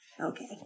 Okay